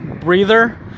breather